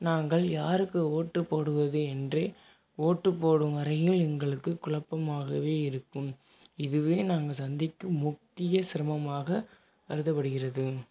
நாங்கள் யாருக்கு ஓட்டு போடுவது என்றே ஓட்டு போடும் அறையில் எங்களுக்கு குழப்பமாகவே இருக்கும் இதுவே நாங்கள் சந்திக்கும் முக்கிய சிரமமாக கருதப்படுகிறது